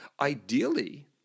Ideally